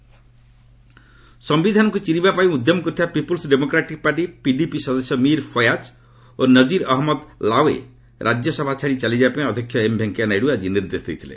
RS PDP member ସମ୍ଭିଧାନକୁ ଚିରିବା ପାଇଁ ଉଦ୍ୟମ କରିଥିବା ପିପୁଲ୍ସ୍ ଡେମୋକ୍ରାଟିକ୍ ପାର୍ଟି ପିଡିପି ସଦସ୍ୟ ମୀର ଫୟାକ୍ ଓ ନଜିର ଅହଜ୍ଞଦ ଲାଓ୍ବେ ରାଜ୍ୟସଭା ଛାଡ଼ି ଚାଲିଯିବାପାଇଁ ଅଧ୍ୟକ୍ଷ ଏମ୍ ଭେଙ୍କିୟା ନାଇଡୁ ଆଜି ନିର୍ଦ୍ଦେଶ ଦେଇଥିଲେ